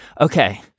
Okay